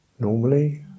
normally